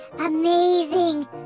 amazing